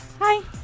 hi